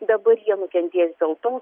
dabar jie nukentės dėl to